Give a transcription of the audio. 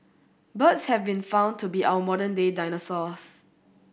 birds have been found to be our modern day dinosaurs